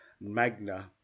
magna